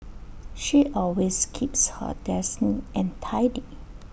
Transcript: she always keeps her desk neat and tidy